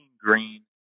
Green